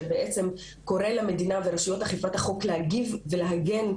שקורא למדינה ולרשויות אכיפת החוק להגיב ולהגן,